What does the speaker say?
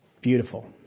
beautiful